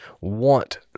want